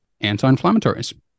anti-inflammatories